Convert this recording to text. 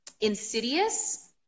insidious